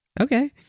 Okay